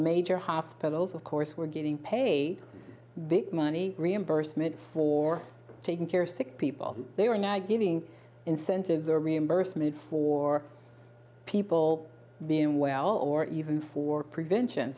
major hospitals of course were getting paid big money reimbursement for taking care of sick people they were not giving incentives or reimbursement for people being well or even for prevention